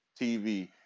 TV